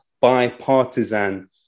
bipartisan